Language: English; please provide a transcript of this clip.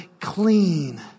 clean